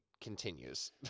continues